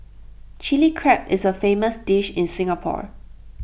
Chilli Crab is A famous dish in Singapore